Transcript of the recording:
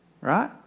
right